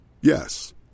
Yes